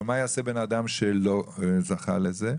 אבל מה יעשה בן אדם שלא זכה לזה?